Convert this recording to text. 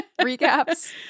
Recaps